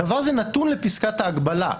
הדבר הזה נתון לפסקת ההגבלה.